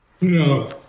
No